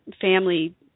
family